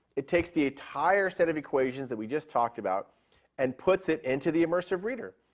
it takes the entire set of equations that we just talked about and puts it into the immersive reader.